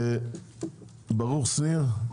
ברוך שניר,